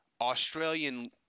australian